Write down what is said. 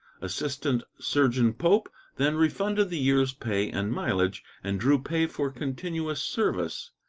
assistant-surgeon pope then refunded the year's pay and mileage and drew pay for continuous service.